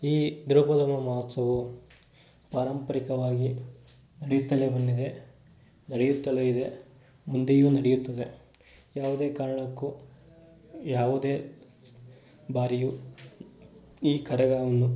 ಈ ದ್ರೌಪದ ಮೋಮೋತ್ಸವವು ಪಾರಂಪರಿಕವಾಗಿ ನಡಿಯುತ್ತಲೇ ಬಂದಿದೆ ನಡೆಯುತ್ತಲೇ ಇದೆ ಮುಂದೆಯೂ ನಡೆಯುತ್ತದೆ ಯಾವುದೇ ಕಾರಣಕ್ಕೂ ಯಾವುದೇ ಬಾರಿಯೂ ಈ ಕರಗವನ್ನು